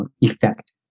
effect